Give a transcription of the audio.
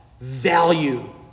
value